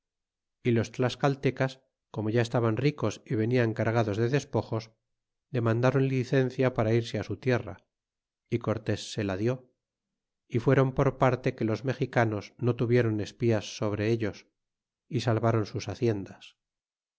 y los tlascaltecas como ya estaban ricos y venian cargados de despojos dernandron licencia para irse su tierra y cortes se la dió y fuéron por parte que los mexicanos no tuviéron espías sobre ellos y salvron sus haciendas